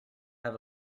have